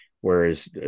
Whereas